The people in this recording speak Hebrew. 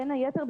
בין היתר,